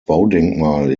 baudenkmal